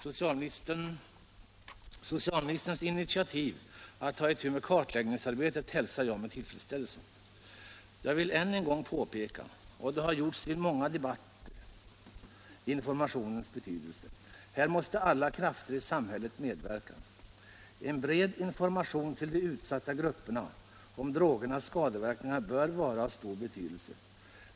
Socialministerns initiativ att ta itu med kartläggningsarbetet hälsar jag med tillfredsställelse. Jag vill än en gång — det har gjorts i många debatter — peka på informationens betydelse. Här måste alla krafter i samhället medverka. En bred information till de utsatta grupperna om drogernas skadeverkningar bör vara av stor betydelse.